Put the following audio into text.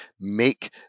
make